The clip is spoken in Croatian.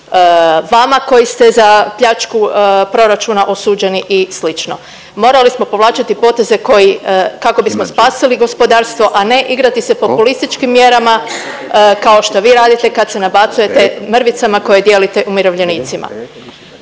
vama koji ste za pljačku proračuna osuđeni i slično. Morali smo povlačiti poteze koji kako bismo spasili gospodarstvo, a ne igrati se populističkim mjerama kao što vi radite kad se nabacujete mrvicama koje dijelite umirovljenicima.